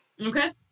Okay